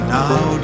now